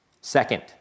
Second